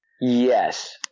Yes